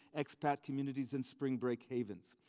expat communities, and spring break havens.